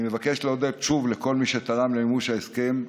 אני מבקש להודות שוב לכל מי שתרם למימוש ההסכם,